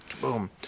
Boom